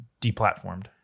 deplatformed